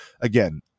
again